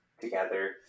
together